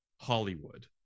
Hollywood